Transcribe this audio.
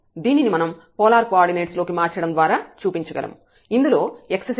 దీనిని మనం polar coordinates లోకి మార్చడం ద్వారా చూపించగలము